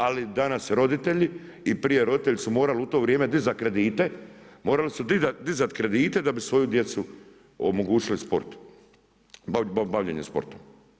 Ali danas roditelji i prije roditelji su morali u to vrijeme dizati kredite, morali su dizati kredite da bi svoju djecu omogućili sportu, bavljenje sportom.